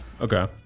Okay